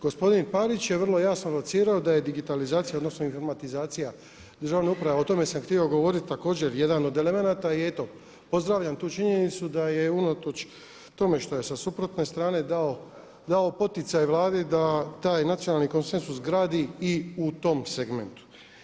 Gospodin Parić je vrlo jasno locirao da je digitalizacija odnosno informatizacija državne uprave a o tome sam htio govoriti također jedan od elemenata i eto pozdravljam tu činjenicu da je unatoč tome što je sa suprotne strane dao poticaj Vladi da taj nacionalni konsenzus gradi i u tom segmentu.